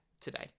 today